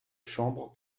chambre